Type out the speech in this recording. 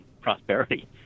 prosperity